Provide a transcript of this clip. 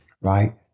right